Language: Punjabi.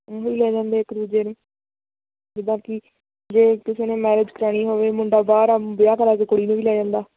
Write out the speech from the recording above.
ਉਹ ਹੀ ਲੈ ਜਾਂਦੇ ਇੱਕ ਦੂਜੇ ਨੂੰ ਜਿੱਦਾਂ ਕਿ ਜੇ ਕਿਸੇ ਨੇ ਮੈਰਿਜ ਕਰਵਾਉਣੀ ਹੋਵੇ ਮੁੰਡਾ ਬਾਹਰ ਆ ਵਿਆਹ ਕਰਾ ਕੇ ਕੁੜੀ ਨੂੰ ਵੀ ਲੈ ਜਾਂਦਾ